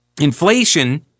Inflation